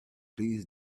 please